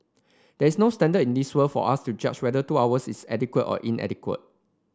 there is no standard in this world for us to judge whether two hours is adequate or inadequate